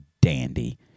dandy